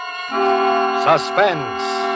Suspense